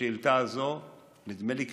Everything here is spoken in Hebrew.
את